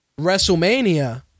WrestleMania